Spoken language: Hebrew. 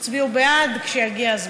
תצביעו בעד כשיגיע הזמן.